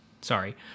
Sorry